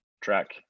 track